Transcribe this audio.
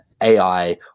AI